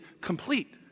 complete